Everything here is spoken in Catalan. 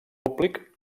públic